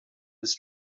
his